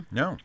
no